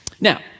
Now